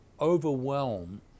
overwhelm